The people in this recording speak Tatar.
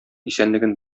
исәнлеген